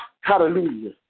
Hallelujah